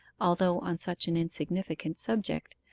although on such an insignificant subject,